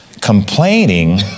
complaining